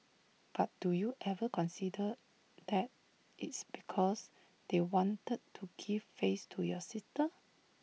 but do you ever consider that it's because they wanted to give face to your sister